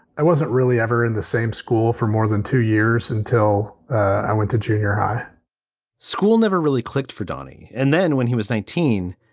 i wasn't really ever in the same school for more than two years until i went to junior high school never really clicked for donny. and then when he was nineteen,